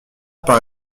par